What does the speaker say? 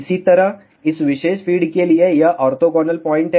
इसी तरह इस विशेष फ़ीड के लिए यह ऑर्थोगोनल पॉइंट है